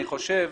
אני חושב,